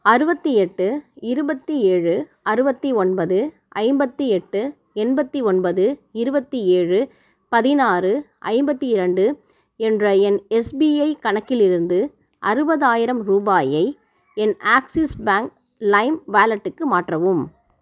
அறுபத்தி எட்டு இருபத்தி ஏழு அறுபத்தி ஒன்பது ஐம்பத்தி எட்டு எண்பத்தி ஒன்பது இருபத்தி ஏழு பதினாறு ஐம்பத்தி இரண்டு என்ற என் எஸ்பிஐ கணக்கிலிருந்து அறுபதாயிரம் ரூபாயை என் ஆக்ஸிஸ் பேங்க் லைம் வாலெட்டுக்கு மாற்றவும்